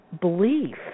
belief